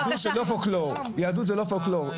יהדות זה לא פולקלור.